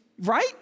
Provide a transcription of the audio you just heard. right